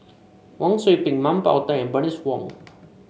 Wang Sui Pick Mah Bow Tan and Bernice Wong